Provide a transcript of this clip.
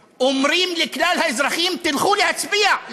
אמר: הצתות וטרור ערבי,